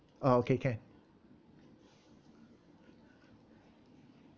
uh okay can